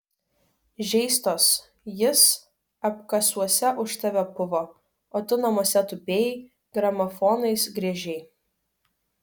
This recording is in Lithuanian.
žeistos jis apkasuose už tave puvo o tu namuose tupėjai gramofonais griežei